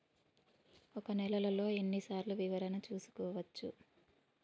ఒక నెలలో ఎన్ని సార్లు వివరణ చూసుకోవచ్చు?